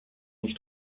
nicht